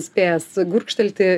spės gurkštelti